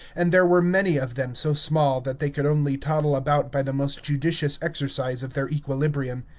and there were many of them so small that they could only toddle about by the most judicious exercise of their equilibrium.